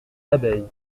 abeille